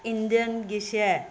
ꯏꯟꯗꯤꯌꯟꯒꯤꯁꯦ